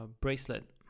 bracelet